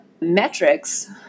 metrics